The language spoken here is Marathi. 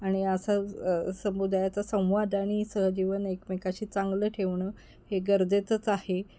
आणि असा समुदायाचा संवाद आणि सहजीवन एकमेकाशी चांगलं ठेवणं हे गरजेचंच आहे